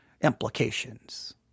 Implications